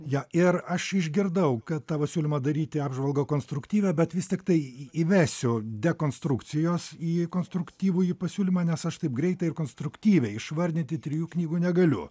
ją ir aš išgirdau kad tavo siūlymą daryti apžvalgą konstruktyvią bet vis tiktai įvesiu dekonstrukcijos į konstruktyvųjį pasiūlymą nes aš taip greitai ir konstruktyviai išvardinti trijų knygų negaliu